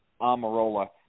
Amarola